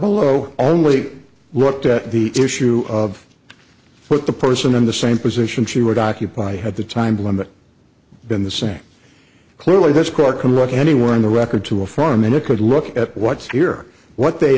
below only looked at the issue of put the person in the same position she would occupy had the time limit been the same clearly this court can look anywhere in the record to a farm and it could look at what's here what they